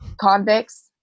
convicts